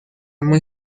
muy